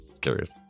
curious